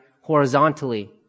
horizontally